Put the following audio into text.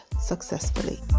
successfully